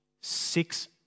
six